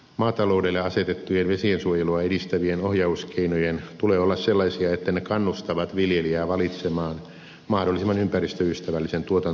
maataloudelle asetettujen vesiensuojelua edistävien ohjauskeinojen tulee olla sellaisia että ne kannustavat viljelijää valitsemaan mahdollisimman ympäristöystävällisen tuotantotavan